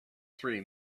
three